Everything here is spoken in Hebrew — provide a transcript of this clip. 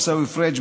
עיסאווי פריג',